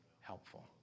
helpful